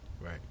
Right